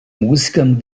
musikern